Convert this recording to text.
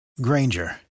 Granger